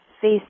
face